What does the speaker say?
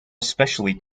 especially